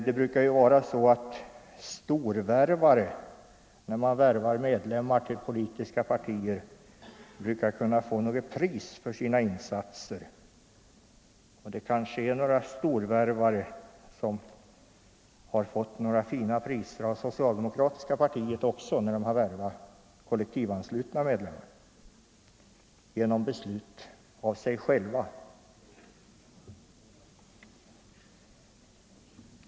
Det brukar ju vara så att storvärvare bland dem som värvar medlemmar till politiska partier får något pris för sina insatser. Det kanske är några storvärvare som fått fina priser av det socialdemokratiska partiet när de värvat kollektivanslutna medlemmar — genom att själva fatta beslut om det.